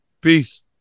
Peace